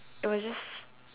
it was just